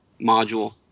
module